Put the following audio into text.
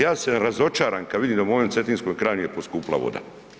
Ja sam razočaran kad vidim da u mojoj Cetinskoj krajini je poskupila voda.